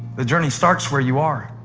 the journey starts where you are,